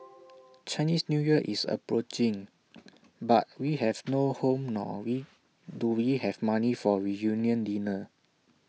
Chinese New Year is approaching but we have no home nor do we have money for A reunion dinner